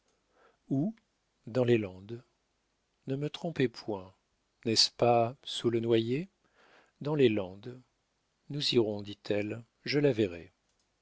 dans les landes ne me trompez point n'est-ce pas sous le noyer dans les landes nous irons dit-elle je la verrai